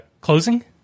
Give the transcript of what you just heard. Closing